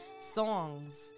songs